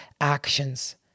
actions